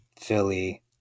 Philly